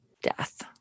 death